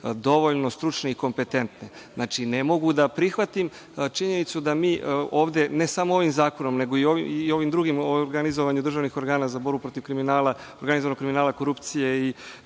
dovoljno stručne i kompetentne. Ne mogu da prihvatim činjenicu da mi ovde, ne samo ovim zakonom, nego i ovim drugim o organizovanju državnih organa za borbu protiv kriminala, organizovanog kriminala, korupcije i